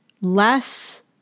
less